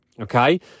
okay